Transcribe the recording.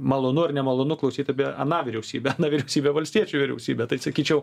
malonu ar nemalonu klausyt apie aną vyriausybę na vyriausybė valstiečių vyriausybė tai sakyčiau